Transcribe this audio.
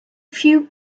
few